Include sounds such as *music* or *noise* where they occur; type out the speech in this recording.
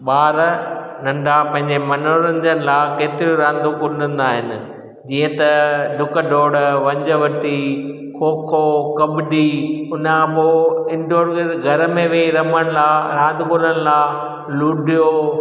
ॿार नंढा पंहिंजे मनोरंजन लाइ केतिरियूं रांदूं कुॾंदा आहिनि जीअं त डुक दौड़ वंज वरिती खो खो कबड्डी हुन खां पोइ इंडोर *unintelligible* घर में वेई रमंदा रांदि करनि लाइ लुडियो